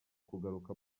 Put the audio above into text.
kugaruka